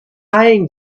eyeing